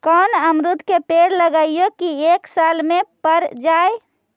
कोन अमरुद के पेड़ लगइयै कि एक साल में पर जाएं?